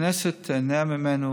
והכנסת תיהנה ממנו